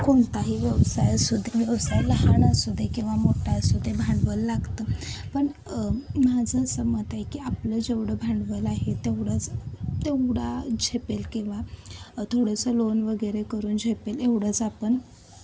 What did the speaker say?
कोणताही व्यवसाय असू दे व्यवसाय लहान असू दे किंवा मोठा असू दे भांडवल लागतं पण माझं असं मत आहे की आपलं जेवढं भांडवल आहे तेवढंच तेवढा झेपेल किंवा थोडंसं लोन वगैरे करून झेपेल एवढंच आपण